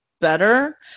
better